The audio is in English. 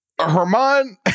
Herman